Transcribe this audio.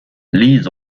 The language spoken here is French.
liz